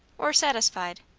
or satisfied,